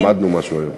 למדנו משהו היום.